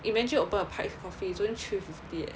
imagine open a paik's coffee is only three fifty eh